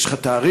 יש לך תאריך?